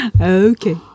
Okay